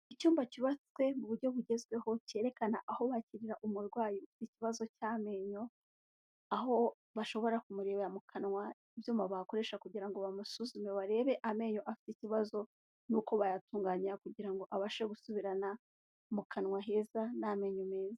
Icyumba cyubatswe mu buryo bugezweho cyerekana aho bakirira umurwayi ikibazo cy'amenyo aho bashobora kumureba mu kanwa ibyuma bakoresha kugira ngo bamusuzume barebe amenyo afite ikibazo nuko bayatunganya kugira ngo abashe gusubirana mu kanwa heza n'amenyo meza.